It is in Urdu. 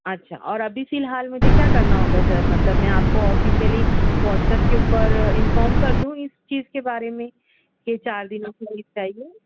اچھا اور ابھی فی الحال مجھے کیا کرنا ہوگا سر مطلب میں آپ کو آفیسیئلی واٹسپ کے اُوپر انفام کر دوں اِس چیز کے بارے میں کہ چار دِنوں کی لیو چاہیے